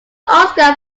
oscar